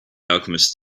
alchemist